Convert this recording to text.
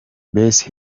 best